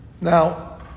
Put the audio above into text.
Now